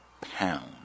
pound